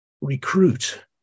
recruit